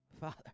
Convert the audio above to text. Father